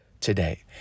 today